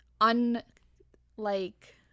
un-like